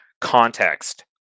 context